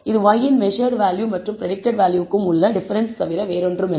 இது y இன் measured value மற்றும் பிரடிக்டட் வேல்யூவுக்கும் உள்ள டிஃபரெண்ஸ் தவிர வேறில்லை